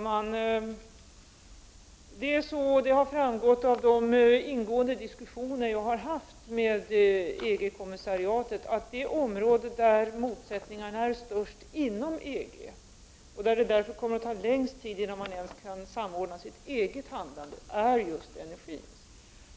Herr talman! Det har framgått av de ingående diskussioner som jag har fört med EG-kommissariet att det område där motsättningarna är störst inom EG, och där det kommer att ta längst tid innan man ens kan samordna sitt eget handlade, är just energiområdet.